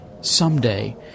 someday